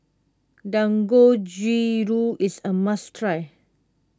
Dangojiru is a must try